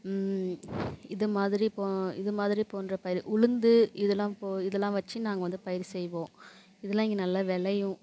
இது மாதிரி போ இது மாதிரி போன்ற பயிர் உளுந்து இதெல்லாம் போ இதெல்லாம் வச்சு நாங்கள் வந்து பயிர் செய்வோம் இதெல்லாம் இங்கே நல்லா விளையும்